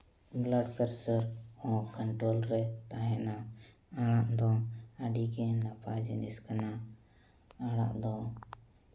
blood pressure ᱦᱚᱸ control ᱨᱮ ᱛᱟᱦᱮᱱᱟ ᱟᱲᱟᱜ ᱫᱚ ᱟᱹᱰᱤᱜᱮ ᱱᱟᱯᱟᱭ ᱡᱤᱱᱤᱥ ᱠᱟᱱᱟ ᱟᱲᱟᱜ ᱫᱚ